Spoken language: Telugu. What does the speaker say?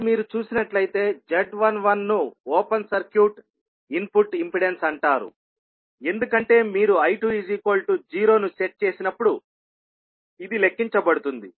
ఇప్పుడు మీరు చూసినట్లయితే z11 ను ఓపెన్ సర్క్యూట్ ఇన్పుట్ ఇంపెడెన్స్ అంటారు ఎందుకంటే మీరు I20 ను సెట్ చేసినప్పుడు ఇది లెక్కించబడుతుంది